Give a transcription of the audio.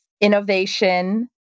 innovation